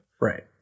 Right